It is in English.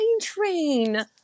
train